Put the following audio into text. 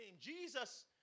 Jesus